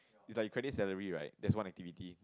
it's like you credit salary right that's one activity